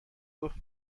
گفت